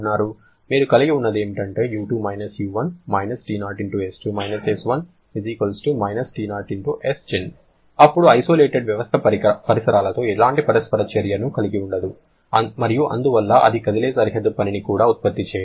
మీరు కలిగి వున్నదేమిటంటే U2 - U1 - T0S2-S1 -T0 Sgen అప్పుడు ఐసోలేటెడ్ వ్యవస్థ పరిసరాలతో ఎలాంటి పరస్పర చర్యను కలిగి ఉండదు మరియు అందువల్ల అది కదిలే సరిహద్దు పనిని కూడా ఉత్పత్తి చేయదు